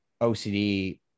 OCD